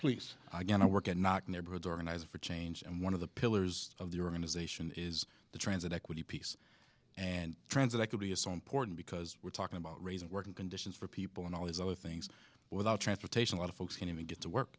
please i get to work at not neighborhoods organize for change and one of the pillars of the organization is the transit equity piece and transit i could be a so important because we're talking about raising working conditions for people and all these other things without transportation a lot of folks can't even get to work